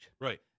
Right